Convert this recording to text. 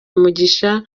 umugisha